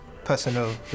Personal